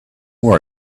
more